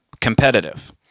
competitive